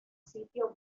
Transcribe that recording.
sitio